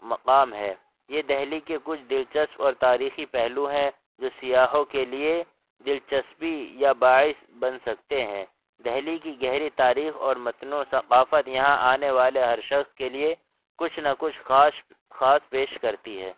مقام ہے یہ دہلی کے کچھ دلچسپ اور تاریخی پہلو ہیں جو سیاحوں کے لیے دلچسپی یا باعث بن سکتے ہیں دہلی کی گہری تاریخ اور متنوع ثقافت یہاں آنے والے ہر شخص کے لیے کچھ نہ کچھ خاش خاص پیش کرتی ہے